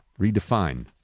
redefine